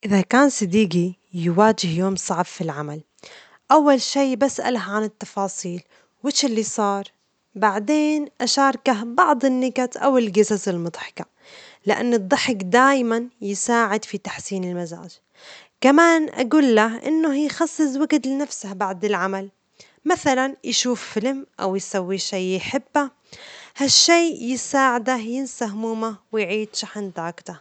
إذا كان صديجي يواجه يوم صعب في العمل، أول شيء بأسأله عن التفاصيل ويش اللي صار ؟و بعدين أشاركه بعض النكت أو الجصص المضحكة؛ لأن الضحك دائمًا يساعد في تحسين المزاج، كمان أجوله إنه يخصص وجت لنفسه بعد العمل مثلاُ يشوف فيلم أو يسوي شيء يحبه، ها الشئ يساعده ينسي همومه و يعيد شحن طاجته.